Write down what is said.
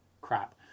crap